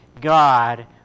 God